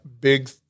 big